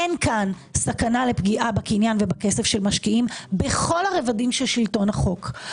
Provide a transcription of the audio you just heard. אין פה סכנה לפגיעה בקניין ובכסף שמשקיעים בכל הרבדים של שלטון החוק,